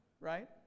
Right